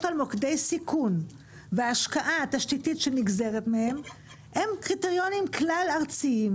על מוקדי סיכון וההשקעה התשתיתית שנגזרת מהם הם קריטריונים כלל-ארציים,